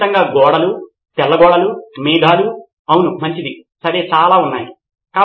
నితిన్ కురియన్ ప్రాథమికంగా అది ఎలా ఉందనే దానితో సంబంధం లేకుండా ఆ మూల సమాచారమును ఆ ప్రధాన సమాచారమును ఎవరు నిర్ణయిస్తారు